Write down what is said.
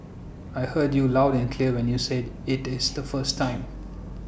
I heard you loud and clear when you said IT is the first time